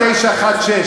מס' 916,